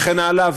וכן הלאה,